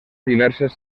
diverses